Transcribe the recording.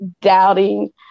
doubting